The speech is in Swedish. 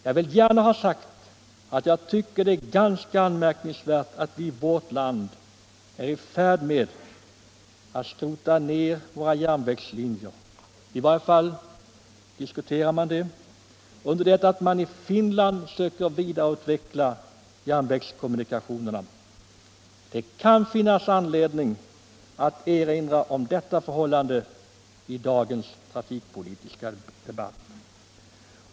Jag vill gärna ha sagt att jag tycker det är ganska anmärkningsvärt att vi i vårt land är i färd med att skrota ner våra järnvägslinjer; i vart fall diskuteras ju det, under det att man i Finland söker vidareutveckla järnvägskommunikationerna. Det kan finnas anledning att erinra om detta förhållande i dagens trafikpolitiska debatt.